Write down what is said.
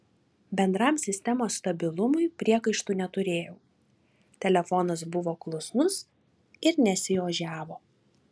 bendram sistemos stabilumui priekaištų neturėjau telefonas buvo klusnus ir nesiožiavo